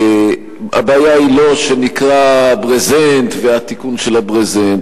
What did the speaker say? הבעיה היא לא מה שנקרא ברזנט והתיקון של הברזנט.